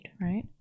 right